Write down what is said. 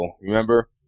Remember